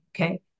Okay